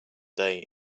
day